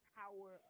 power